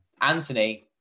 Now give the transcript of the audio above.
Anthony